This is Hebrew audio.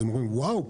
אז הם אומרים: ואוו,